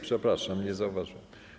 Przepraszam, nie zauważyłem.